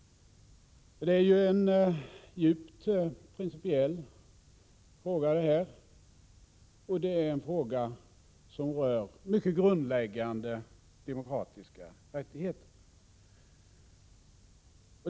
Detta är en djupt principiell fråga som rör mycket grundläggande demokratiska rättigheter.